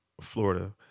Florida